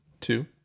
two